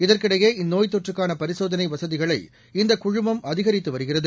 இதற்கிடையே இந்நோய்த்தொற்றுக்கானபரிசோதனைவசதிகளை இந்தகுழுமம் அதிகரித்துவருகிறது